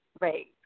Right